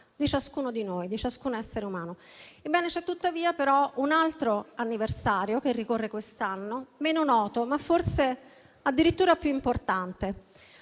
di ciascuno di noi, di ciascun essere umano. C'è tuttavia un altro anniversario che ricorre quest'anno, meno noto, ma forse addirittura più importante.